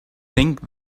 think